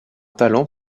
talent